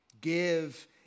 Give